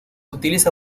utiliza